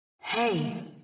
Hey